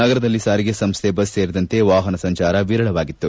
ನಗರದಲ್ಲಿ ಸಾರಿಗೆ ಸಂಸ್ಟೆ ಬಸ್ ಸೇರಿದಂತೆ ವಾಹನ ಸಂಚಾರ ವಿರಳವಾಗಿತ್ತು